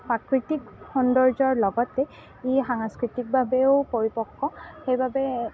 প্ৰাকৃতিক সৌন্দৰ্যৰ লগতে ই সাংস্কৃতিকভাৱেও পৰিপক্ব সেইবাবে